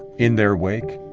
in their wake,